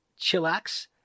Chillax